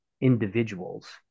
individuals